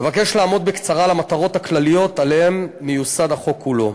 אבקש לעמוד בקצרה על המטרות הכלליות שעליהן מיוסד החוק כולו.